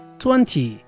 twenty